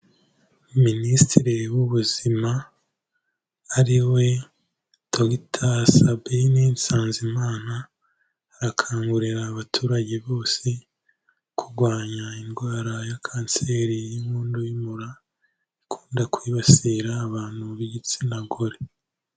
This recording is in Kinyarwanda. Minisitiri w'ubuzima ariwe Dr Sabin Nsanzimana, arakangurira abaturage bose kurwanya indwara ya kanseri y'inkondo y'umura ikunda kwibasira abantu b'igitsina gore.